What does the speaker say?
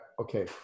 okay